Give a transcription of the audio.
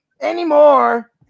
anymore